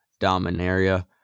Dominaria